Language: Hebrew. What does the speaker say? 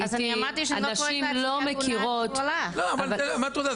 לעיתים הנשים לא מכירות --- אבל מה את רוצה?